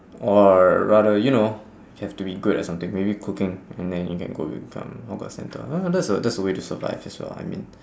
or rather you know have to be good at something maybe cooking and then you can cook in some hawker centre ah that's a that's a way to survive as well I mean